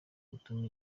gutuma